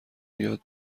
یاد